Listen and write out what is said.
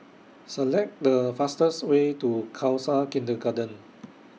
Select The fastest Way to Khalsa Kindergarten